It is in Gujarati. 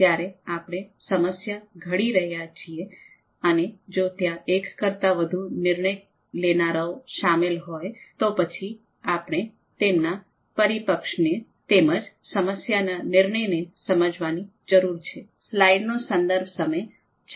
તેથી જ્યારે આપણે સમસ્યા ઘડી રહ્યા છીએ અને જો ત્યાં એક કરતા વધુ નિર્ણય લેનારાઓ શામેલ હોય તો પછી આપણે તેમના પરિપ્રેક્ષ્યને તેમજ સમસ્યાના નિર્માણને સમજવાની જરૂર છે